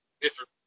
different